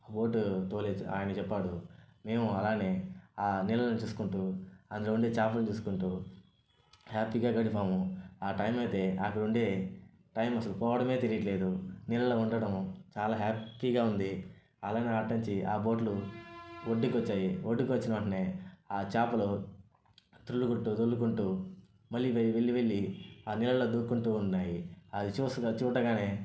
ఆ బోట్ తోలే ఆయన చెప్పాడు మేము అలానే ఆ నీళ్ళను చూసుకుంటు అందులో ఉండే చేపలని చూసుకుంటు హ్యాపీగా గడిపాము ఆ టైం అయితే అక్కడ ఉండే టైం అసలు పోవడమే తెలియడం లేదు నీళ్ళలో ఉండడం చాలా హ్యాపీగా ఉంది అలా అని అటు నుంచి ఆ బోట్లు ఒడ్డుకు వచ్చాయి ఒడ్డుకి వచ్చిన వెంటనే ఆ చేపలు దొర్లుకుంటు దొర్లుకుంటు మళ్ళీ వెళ్ళి వెళ్ళి ఆ నీళ్లలో దూక్కుంటు ఉన్నాయి అది చూస్తు చూడగానే